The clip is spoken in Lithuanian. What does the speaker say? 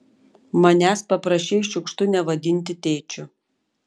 manęs paprašei šiukštu nevadinti tėčiu